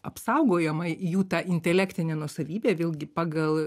apsaugojama jų ta intelektinė nuosavybė vėlgi pagal